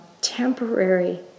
temporary